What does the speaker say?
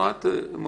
את רואה, את מועילה.